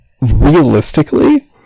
Realistically